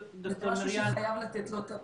וזה משהו שחייבים לתת לו את הדעת.